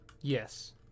yes